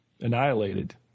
annihilated